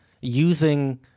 using